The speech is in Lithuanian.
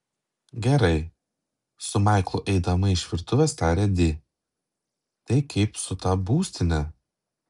gerai su maiklu eidama iš virtuvės tarė di tai kaip su ta būstine